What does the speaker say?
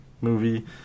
movie